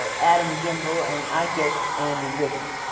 adam gimbel and, i guess, andrew goodman.